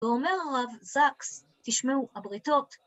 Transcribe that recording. ואומר הרב זאקס, תשמעו הבריתות,